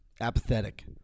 Apathetic